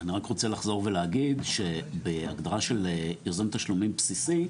אני רק רוצה לחזור ולהגיד שבהגדרה של ייזום תשלומים בסיסי,